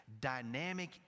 dynamic